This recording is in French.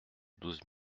douze